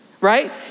right